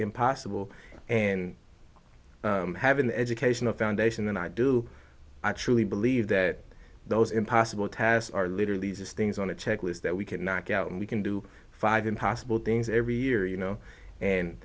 impossible and have an educational foundation and i do actually believe that those impossible tasks are literally just things on a checklist that we can knock out and we can do five impossible things every year you know and